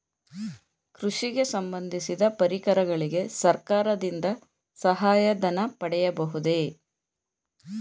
ಕೃಷಿಗೆ ಸಂಬಂದಿಸಿದ ಪರಿಕರಗಳಿಗೆ ಸರ್ಕಾರದಿಂದ ಸಹಾಯ ಧನ ಪಡೆಯಬಹುದೇ?